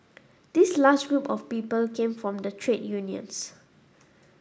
this last group of people came from the trade unions